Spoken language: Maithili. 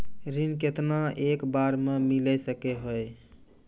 ऋण केतना एक बार मैं मिल सके हेय?